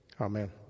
Amen